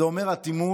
זה אומר אטימות,